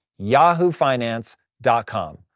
Yahoofinance.com